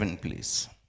please